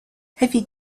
heavy